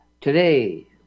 Today